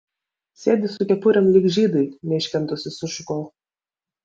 sėdi su kepurėm lyg žydai neiškentusi sušukau